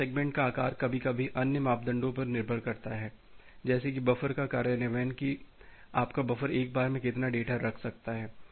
अधिकतम सेगमेंट का आकार कभी कभी अन्य मापदंडों पर निर्भर करता है जैसे कि बफर का कार्यान्वयन की आपका बफर एक बार मे कितना डेटा रख सकता है